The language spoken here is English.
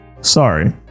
Sorry